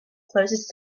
closest